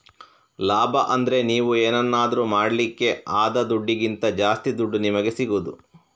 ಲಾಭ ಅಂದ್ರೆ ನೀವು ಏನನ್ನಾದ್ರೂ ಮಾಡ್ಲಿಕ್ಕೆ ಆದ ದುಡ್ಡಿಗಿಂತ ಜಾಸ್ತಿ ದುಡ್ಡು ನಿಮಿಗೆ ಸಿಗುದು